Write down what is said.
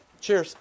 Cheers